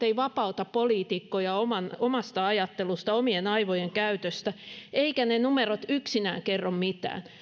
eivät vapauta poliitikkoja omasta omasta ajattelusta omien aivojen käytöstä eivätkä ne numerot yksinään kerro mitään